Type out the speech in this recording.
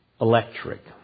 electric